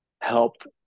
helped